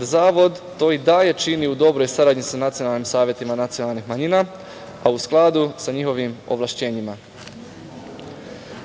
zavod to i dalje čini u dobroj saradnji sa nacionalnim savetima nacionalnih manjina, a u skladu sa njihovim ovlašćenjima.